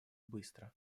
быстро